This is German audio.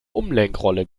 umlenkrolle